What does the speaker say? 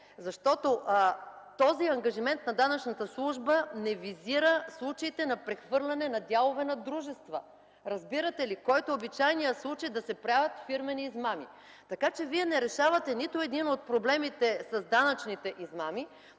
защото този ангажимент на данъчната служба не визира случаите на прехвърляне на дялове на дружества, разбирате ли, което е обичайният случай да се правят данъчни измами? Вие не решавате нито един от проблемите с данъчните измами,